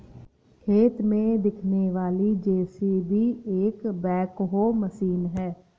खेत में दिखने वाली जे.सी.बी एक बैकहो मशीन है